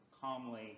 calmly